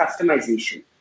customization